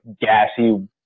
gassy